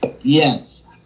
yes